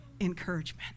encouragement